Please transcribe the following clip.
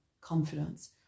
confidence